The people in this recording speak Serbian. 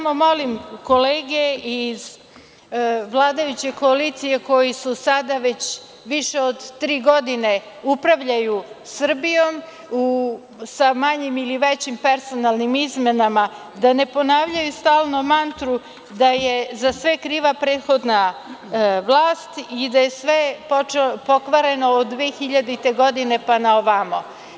Molim kolege iz vladajuće koalicije koji sada već više od tri godine upravljaju Srbijom sa manjim ili većim personalnim izmenama, da ne ponavljaju stalno da je za sve kriva prethodna vlast i da je sve pokvareno od 2000. godine pa na ovamo.